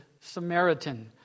Samaritan